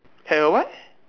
at her what